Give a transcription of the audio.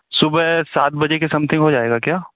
सुबह सात बजे के समथिंग हो जाएगा क्या